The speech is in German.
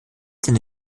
seine